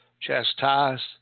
chastised